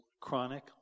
chronic